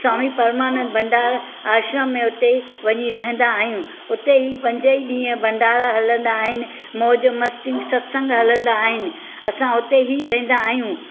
स्वामी परमानंद भंडार आश्रम में हुते वञी रहंदा आहियूं उते ई पंजई ॾींहं भंडारा हलंदा आहिनि मौज मस्ती सतसंगु हलंदा आहिनि असां उते ई रहंदा आहियूं